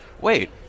wait